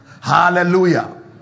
Hallelujah